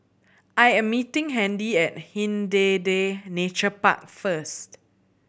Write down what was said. I am meeting Handy at Hindhede Nature Park first